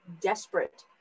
desperate